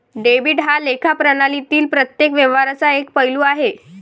debit हा लेखा प्रणालीतील प्रत्येक व्यवहाराचा एक पैलू आहे